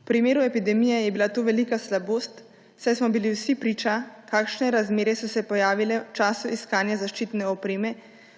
V primeru epidemije je bila to velika slabost, saj smo bili vsi priča, kakšne razmere so se pojavile v času iskanja zaščitne opreme,